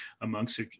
amongst